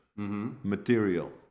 Material